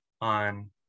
on